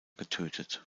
getötet